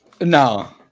no